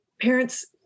parents